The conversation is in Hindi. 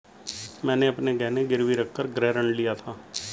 मैंने अपने गहने गिरवी रखकर गृह ऋण लिया था